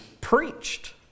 preached